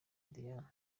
diane